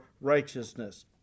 righteousness